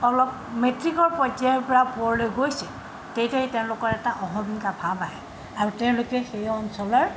অলপ মেট্ৰিকৰ পৰ্য্য়ায়ৰ পৰা ওপৰলৈ গৈছে তেতিয়াই তেওঁলোকৰ এটা অসমিকা ভাৱ আহে আৰু তেওঁলোকে সেই অঞ্চলৰ